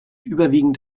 überwiegend